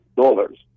dollars